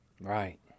Right